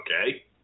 Okay